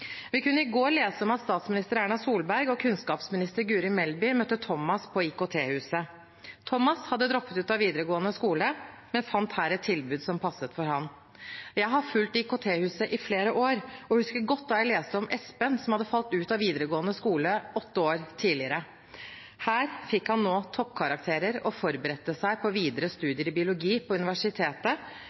Vi kunne i går lese om at statsminister Erna Solberg og kunnskapsminister Guri Melby møtte Thomas på IKT-huset. Thomas hadde droppet ut av videregående skole, men fant her et tilbud som passet for ham. Jeg har fulgt IKT-huset i flere år og husker godt da jeg leste om Espen som hadde falt ut av videregående skole åtte år tidligere. Her fikk han nå toppkarakterer og forberedte seg på videre studier i biologi på universitetet